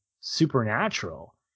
supernatural